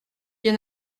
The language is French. bien